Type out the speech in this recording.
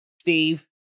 Steve